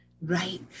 right